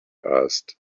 asked